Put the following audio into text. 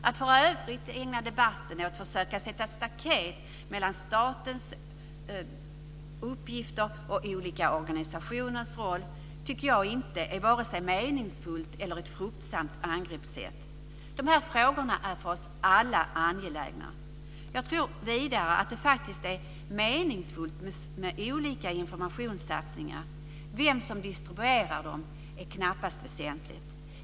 Att för övrigt ägna debatten åt att försöka sätta staket mellan statens uppgifter och olika organisationers roll tycker jag inte är ett vare sig meningsfullt eller fruktsamt angreppssätt. De här frågorna är för oss alla angelägna. Jag tror vidare att det faktiskt är meningsfullt med olika informationssatsningar. Vem som distribuerar dem är knappast väsentligt.